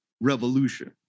revolution